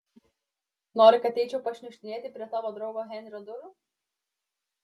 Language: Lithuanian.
nori kad eičiau pašniukštinėti prie tavo draugo henrio durų